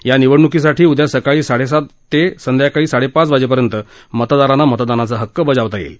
या निवडणुकीसाठी उद्या सकाळी साडेसात ते संध्याकाळी साडेपाच वाजेपर्यंत मतदारांना मतदानाचा हक्क बजावता येईल